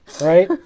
right